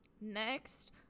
next